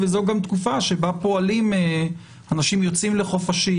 וזאת גם תקופה שבה אנשים יוצאים לחופשים,